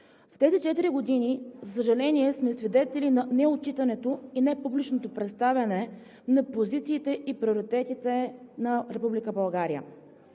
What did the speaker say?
В тези четири години, за съжаление, сме свидетели на неотчитането и непубличното представяне на позициите и приоритетите на